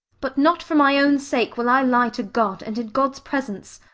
but not for my own sake will i lie to god, and in god's presence.